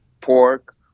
pork